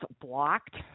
blocked